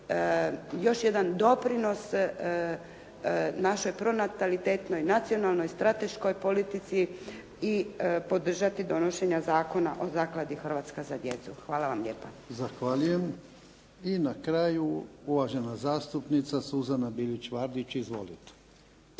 još jedan doprinos našoj pronatalitetnoj, nacionalnoj, strateškoj politici i podržati donošenje Zakona o zakladi "Hrvatska za djecu". Hvala vam lijepa. **Jarnjak, Ivan (HDZ)** Zahvaljujem. I na kraju, uvažena zastupnica Suzana Bilić Vardić. Izvolite.